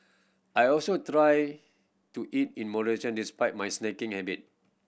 I also try to eat in moderation despite my snacking habit